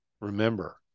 remember